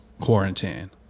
quarantine